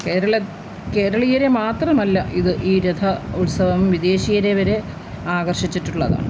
കേരള കേരളീയരെ മാത്രമല്ല ഇത് ഈ രഥ ഉത്സവം വിദേശിയരെ വരെ ആകർഷിച്ചിട്ടുള്ളതാണ്